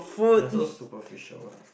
you're so superficial